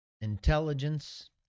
intelligence